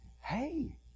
Hey